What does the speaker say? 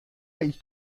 ich